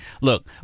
Look